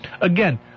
Again